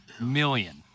million